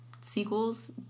sequels